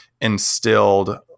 instilled